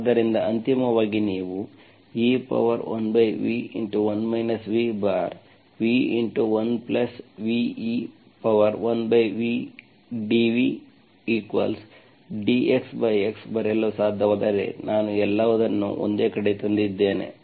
ಆದ್ದರಿಂದ ಅಂತಿಮವಾಗಿ ನೀವು e1v1 v v1v e1vdvdxx ಬರೆಯಲು ಸಾಧ್ಯವಾದರೆ ನಾನು ಎಲ್ಲವನ್ನೂ ಒಂದೇ ಕಡೆ ತಂದಿದ್ದೇನೆ